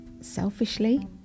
selfishly